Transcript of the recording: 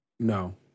No